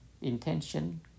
Intention